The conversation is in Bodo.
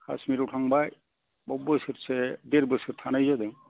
कास्मिराव थांबाय बेयाव बोसोरसे देर बोसोर थानाय जादों